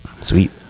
sweet